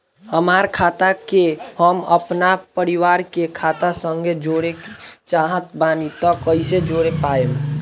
हमार खाता के हम अपना परिवार के खाता संगे जोड़े चाहत बानी त कईसे जोड़ पाएम?